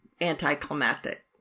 anticlimactic